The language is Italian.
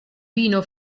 vino